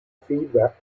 feedback